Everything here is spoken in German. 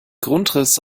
grundriss